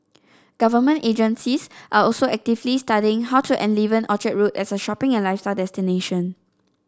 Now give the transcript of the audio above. government agencies are also actively studying how to enliven Orchard Road as a shopping and lifestyle destination